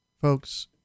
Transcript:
Folks